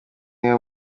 niwe